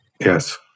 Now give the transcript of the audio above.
Yes